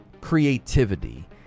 creativity